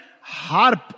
Harp